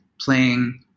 playing